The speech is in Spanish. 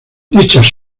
dichas